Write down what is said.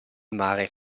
mare